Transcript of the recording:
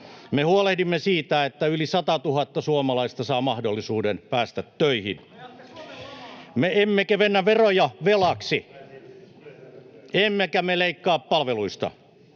Me huolehdimme siitä, että yli 100 000 suomalaista saa mahdollisuuden päästä töihin. [Jussi Saramo: Ajatte Suomen lamaan!] Me emme kevennä veroja velaksi, emmekä me leikkaa palveluista